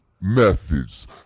methods